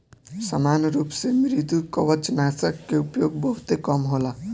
सामान्य रूप से मृदुकवचनाशक के उपयोग बहुते कम होला